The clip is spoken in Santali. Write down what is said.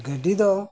ᱜᱟᱹᱰᱤ ᱫᱚ